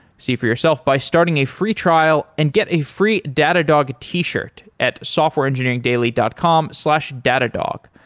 see for yourself by starting a free trial and get a free datadog t shirt at softwareengineeringdaily dot com slash datadog.